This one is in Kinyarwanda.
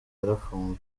yarafunzwe